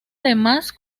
demás